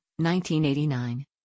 1989